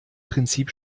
prinzip